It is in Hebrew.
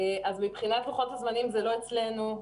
מבחינת לוחות הזמנים, זה לא אצלנו.